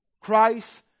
Christ